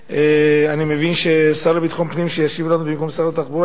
אני מבין שהשר לביטחון פנים ישיב לנו במקום שר התחבורה,